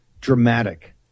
dramatic